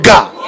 God